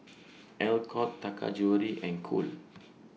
Alcott Taka Jewelry and Cool